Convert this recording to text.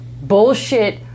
bullshit